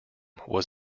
was